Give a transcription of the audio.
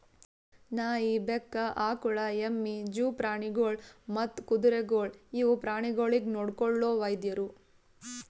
ನಾಯಿ, ಬೆಕ್ಕ, ಆಕುಳ, ಎಮ್ಮಿ, ಜೂ ಪ್ರಾಣಿಗೊಳ್ ಮತ್ತ್ ಕುದುರೆಗೊಳ್ ಇವು ಪ್ರಾಣಿಗೊಳಿಗ್ ನೊಡ್ಕೊಳೋ ವೈದ್ಯರು